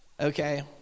Okay